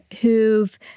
who've